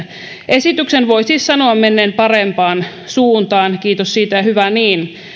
esityksen voi siis sanoa menneen parempaan suuntaan kiitos siitä ja hyvä niin